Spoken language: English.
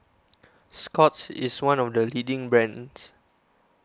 Scott's is one of the leading brands